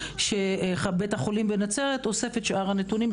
שבית החולים בנצרת אוסף את שאר הנתונים,